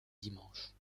dimanche